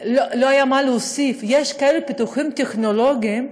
לא היה מה להוסיף: יש כאלה פיתוחים טכנולוגיים,